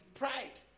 pride